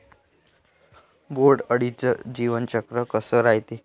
बोंड अळीचं जीवनचक्र कस रायते?